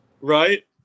right